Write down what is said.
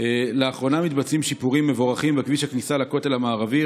לאחרונה מתבצעים שיפורים מבורכים בכביש הכניסה לכותל המערבי.